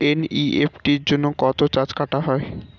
NEFT জন্য কত charge কাটা হয়?